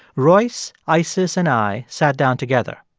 royce, isis and i sat down together.